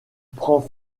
prend